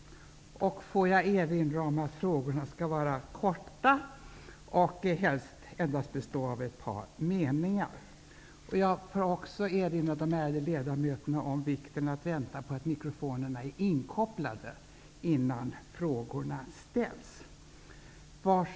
Får jag erinra om att frågorna skall vara korta och helst bestå av endast ett par meningar. Jag får också erinra de ärade ledamöterna om vikten av att vänta på att mikrofonerna blir inkopplade innan frågorna ställs.